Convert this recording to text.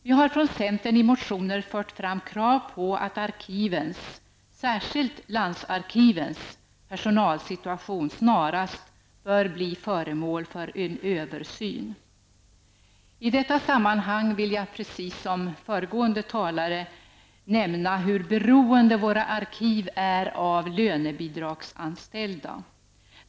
Vi har från centern i motioner fört fram krav på att arkivens, särskilt landsarkivens, personalsituation snarast skall bli föremål för en översyn. I detta sammanhang vill jag, precis som föregående talare, nämna hur beroende våra arkiv är av lönebidragsanställda.